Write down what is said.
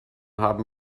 haben